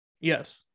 Yes